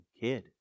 kid